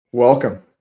welcome